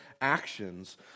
actions